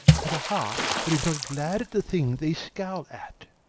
hath a heart that is not glad at the thing they scowl at.